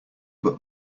but